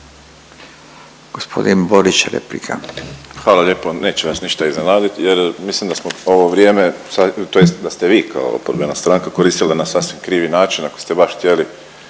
**Borić, Josip (HDZ)** Hvala lijepo. Neću vas ja iznenadit, jer mislim da smo ovo vrijeme tj. da ste vi kao oporbena stranka koristile na sasvim krivi način. Ako ste baš htjeli